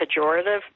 pejorative